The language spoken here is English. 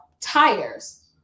tires